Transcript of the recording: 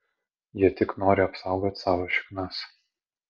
jie tik nori apsaugot savo šiknas